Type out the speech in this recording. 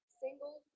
single